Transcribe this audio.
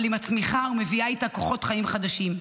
אבל היא מצמיחה ומביאה איתה כוחות חיים חדשים.